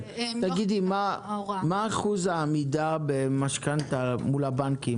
מה אחוז העמידה בהתחייבויות של המשכנתה מול הבנקים?